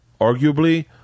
arguably